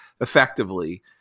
effectively